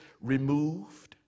removed